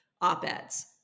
op-eds